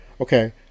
okay